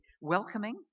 welcoming